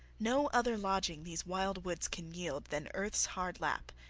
no other lodging these wild woods can yield than earth's hard lap,